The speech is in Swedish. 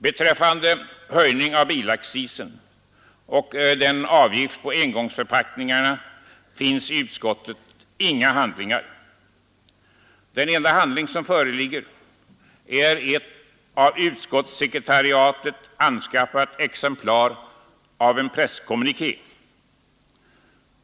Beträffande höjningen av bilaccisen och avgiften på engångsförpackningar finns i utskottet inga handlingar. Den enda handling som föreligger är ett av utskottssekretariatet anskaffat exemplar av en presskommuniké.